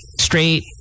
straight